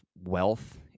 wealth